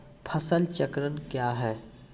फसल चक्रण कया हैं?